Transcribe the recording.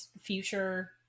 future